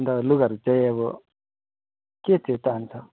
अन्त लुगाहरू चाहिँ अब के चाहिँ चाहन्छ